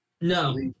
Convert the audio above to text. No